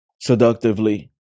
seductively